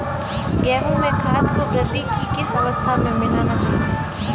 गेहूँ में खाद को वृद्धि की किस अवस्था में मिलाना चाहिए?